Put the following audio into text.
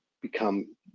become